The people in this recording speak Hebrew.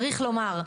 צריך לומר,